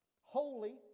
holy